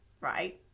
right